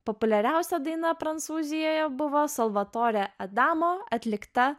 populiariausia daina prancūzijoje buvo salvatore adamo atlikta